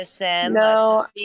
no